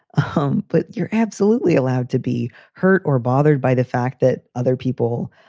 ah um but you're absolutely allowed to be hurt or bothered by the fact that other people,